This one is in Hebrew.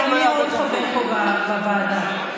רגע, מי עוד חבר פה, בוועדה הזאת?